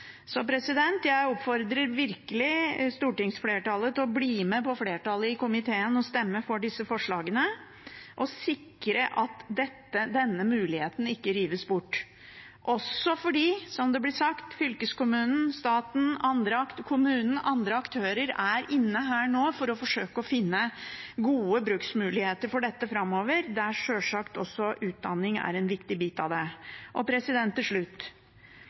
Jeg oppfordrer virkelig stortingsflertallet til å bli med flertallet i komiteen og stemme for disse forslagene og sikre at denne muligheten ikke rives bort – også fordi, som det ble sagt, fylkeskommunen, staten, kommunen og andre aktører nå er inne for å forsøke å finne gode bruksmuligheter for dette framover, der utdanning sjølsagt er en viktig bit av det. Til slutt: